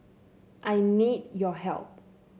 I need your help